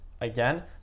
again